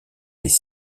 des